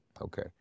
Okay